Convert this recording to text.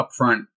upfront